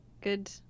good